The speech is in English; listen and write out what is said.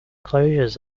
closures